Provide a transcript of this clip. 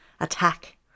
attack